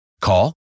Call